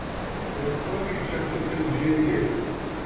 ir ko gi čia tu taip žviegi